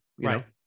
right